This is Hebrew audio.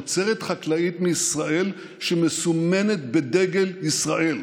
תוצרת חקלאית מישראל שמסומנת בדגל ישראל,